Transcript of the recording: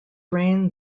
reign